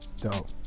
Dope